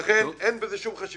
האם הכוונה של היוזמים זה שהחטיבה